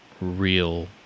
real